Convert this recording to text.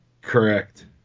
Correct